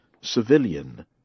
civilian